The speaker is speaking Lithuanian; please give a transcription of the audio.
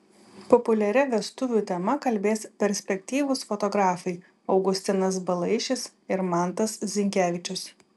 populiaria vestuvių tema kalbės perspektyvūs fotografai augustinas balaišis ir mantas zinkevičius